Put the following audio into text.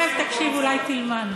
אתם לא תמציאו פה המצאות.